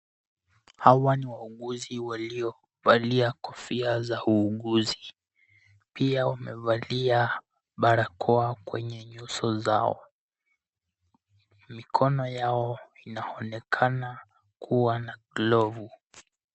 Hawa ni wauguzi waliovalia kofia za uuguzi. Pia wamevalia barakoa kwenye nyuso zao. Mikono yao inaonykuwa na glovu.